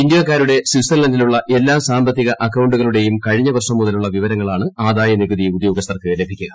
ഇന്ത്യക്കാരുടെ സ്വിറ്റ്സർലൻഡിലുള്ള സാമ്പത്തിക എല്ലാ അക്കൌണ്ടുകളുടെയും കഴിഞ്ഞ വർഷം മുതലുള്ള വിവരങ്ങളാണ് ആദായ നികുതി ഉദ്യോഗസ്ഥർക്ക് ലഭിക്കുക